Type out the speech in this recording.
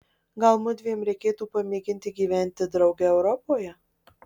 gal mudviem reikėtų pamėginti gyventi drauge europoje